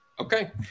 Okay